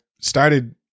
started